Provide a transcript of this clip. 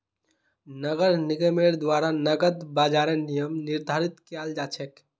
नगर निगमेर द्वारा नकद बाजारेर नियम निर्धारित कियाल जा छेक